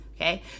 Okay